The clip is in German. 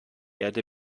erde